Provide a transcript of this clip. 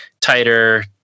tighter